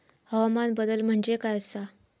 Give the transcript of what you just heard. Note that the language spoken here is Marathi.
हवामान बदल म्हणजे काय आसा?